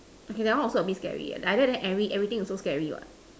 okay that one also a bit scary eh like that then every everything also scary what